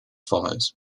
follows